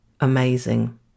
Amazing